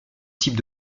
type